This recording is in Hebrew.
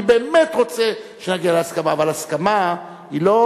אני באמת רוצה שנגיע להסכמה, אבל הסכמה היא לא